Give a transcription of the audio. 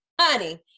honey